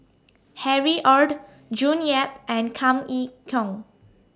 Harry ORD June Yap and Kam Yee Kong